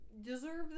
deserve